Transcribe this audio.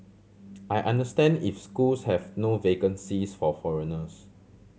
I understand if schools have no vacancies for foreigners